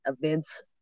events